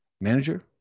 manager